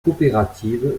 coopératives